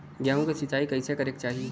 गेहूँ के सिंचाई कइसे करे के चाही?